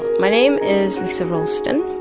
my name is lisa roulston,